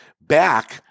back